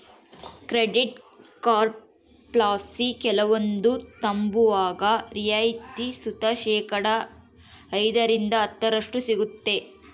credit ಕಾರ್ಡ್ಲಾಸಿ ಕೆಲವೊಂದು ತಾಂಬುವಾಗ ರಿಯಾಯಿತಿ ಸುತ ಶೇಕಡಾ ಐದರಿಂದ ಹತ್ತರಷ್ಟು ಸಿಗ್ತತೆ